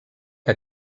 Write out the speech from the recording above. que